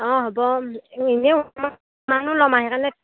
অঁ হ'ব এনেইনো তোমাৰপৰা কিমাননো লম আৰু সেইকাৰণে